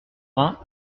vingts